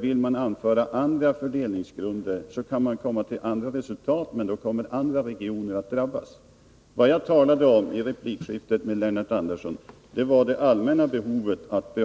Vill man anföra andra fördelningsgrunder kan man komma till andra resultat, men då kommer andra regioner att drabbas. Vad jag talade om i replikskiftet med Lennart Andersson var det allmänna behovet att